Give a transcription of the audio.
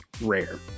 rare